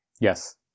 Yes